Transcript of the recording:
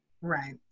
Right